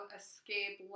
escape